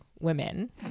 Women